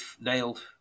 nailed